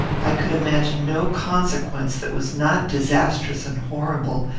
i could imagine no consequence that was not disastrous and horrible,